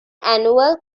annual